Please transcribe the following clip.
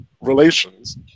relations